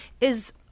is-